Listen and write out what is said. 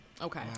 Okay